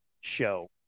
show